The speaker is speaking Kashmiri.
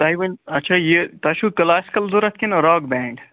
تۄہہِ ؤنۍ اچھا یہِ تۄہہِ چھُو کٕلاسِکَل ضوٚرَتھ کِنہٕ راک بینٛڈ